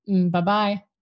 bye-bye